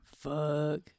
fuck